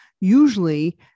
usually